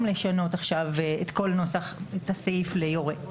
לשנות עכשיו את כל נוסח הסעיף ל-יורה.